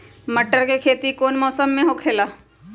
मटर के खेती कौन मौसम में होखेला?